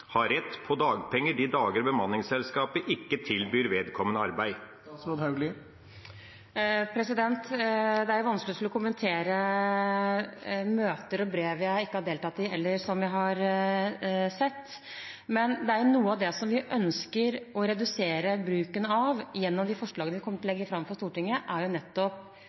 ha rett til dagpenger de dagene bemanningsselskapet ikke tilbyr vedkommende arbeid? Det er vanskelig å skulle kommentere møter jeg ikke har deltatt i, og brev jeg ikke har sett. Men noe av det vi ønsker å redusere bruken av gjennom de forslagene vi kommer til å legge fram for Stortinget, er nettopp